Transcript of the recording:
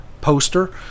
poster